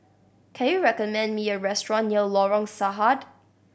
can you recommend me a restaurant near Lorong Sarhad